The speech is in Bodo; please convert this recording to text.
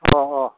अ अ